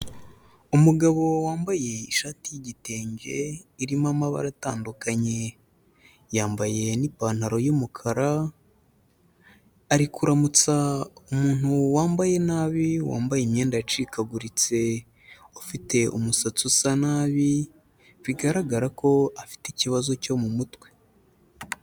Umugabo wambaye ishati y'igitenge irimo amabara atandukanye, yambaye n'ipantaro y'umukara ari kuramutsa umuntu wambaye nabi wambaye imyenda icikaguritse ufite umusatsi usa nabi, bigaragara ko afite ikibazo cyo mu mutwe.